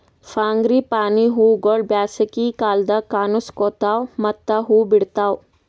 frangipani ಹೂವುಗೊಳ್ ಬ್ಯಾಸಗಿ ಕಾಲದಾಗ್ ಕನುಸ್ಕೋತಾವ್ ಮತ್ತ ಹೂ ಬಿಡ್ತಾವ್